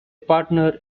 partner